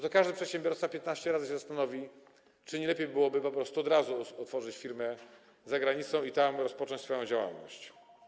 To każdy przedsiębiorca 15 razy się zastanowi, czy nie lepiej byłoby po prostu od razu otworzyć firmę za granicą i tam rozpocząć swoją działalność.